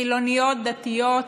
חילוניות, דתיות